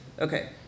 okay